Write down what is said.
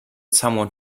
someone